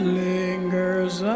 lingers